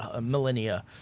millennia